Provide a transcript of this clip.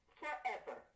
forever